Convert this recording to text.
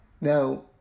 Now